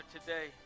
today